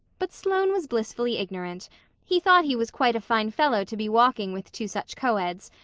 but sloane was blissfully ignorant he thought he was quite a fine fellow to be walking with two such coeds,